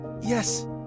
yes